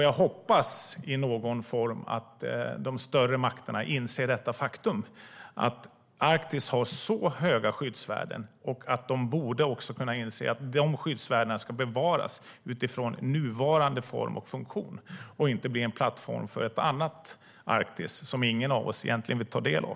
Jag hoppas att de större makterna inser detta faktum att Arktis har så höga skyddsvärden och ska bevaras i nuvarande form och funktion och inte bli ett annat Arktis som ingen av oss egentligen vill ta del av.